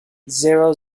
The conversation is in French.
zéro